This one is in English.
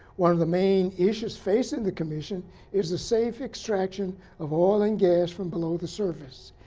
one of the main issues facing the commission is the safe extraction of oil and gas from below the surface.